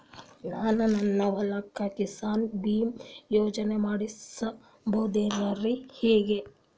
ನಾನು ನನ್ನ ಹೊಲಕ್ಕ ಕಿಸಾನ್ ಬೀಮಾ ಯೋಜನೆ ಮಾಡಸ ಬಹುದೇನರಿ ಹೆಂಗ?